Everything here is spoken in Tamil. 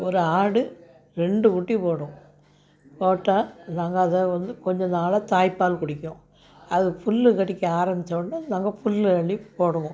ஒரு ஆடு ரெண்டு குட்டி போடும் போட்டால் நாங்கள் அதை வந்து கொஞ்சம் நாள் தாய்ப் பால் குடிக்கும் அது புல் கடிக்க ஆரம்மிச்ச உடனே நாங்கள் புல் அள்ளி போடுவோம்